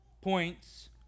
points